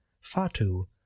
Fatu